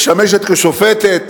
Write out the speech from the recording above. משמשת כשופטת,